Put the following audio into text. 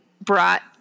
brought